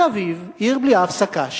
ותל-אביב, עיר בלי אף שק"ש,